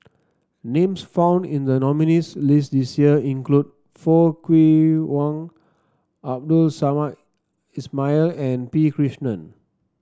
names found in the nominees' list this year include Foo Kwee Horng Abdul Samad Ismail and P Krishnan